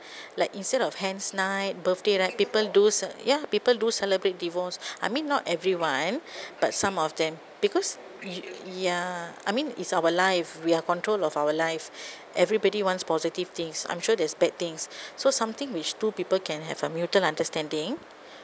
like instead of hen's night birthday right people do c~ ya people do celebrate divorce I mean not everyone but some of them because ya I mean it's our life we are control of our life everybody wants positive things I'm sure there's bad things so something which two people can have a mutual understanding